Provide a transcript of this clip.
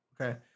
okay